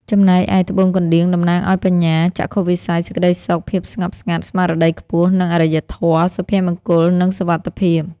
ចំណែកឯ ត្បូងកណ្តៀង តំណាងឲ្យបញ្ញា ចក្ខុវិស័យ សេចក្ដីសុខ ភាពស្ងប់ស្ងាត់ ស្មារតីខ្ពស់ និងអរិយធម៌ សុភមង្គលនិងសុវត្ថិភាព។